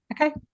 Okay